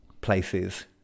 places